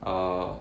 err